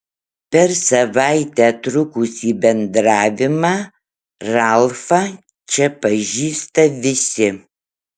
per savaitę trukusį bendravimą ralfą čia pažįsta visi